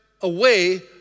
away